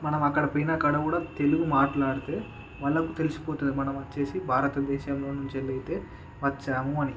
మనం అక్కడ పోయిన ఆడ కూడా తెలుగు మాట్లాడితే మనకు తెలిసిపోతుంది మనం వచ్చేసి భారతదేశం నుంచి అయితే వచ్చాము అని